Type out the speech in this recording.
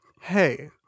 Hey